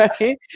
right